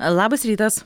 labas rytas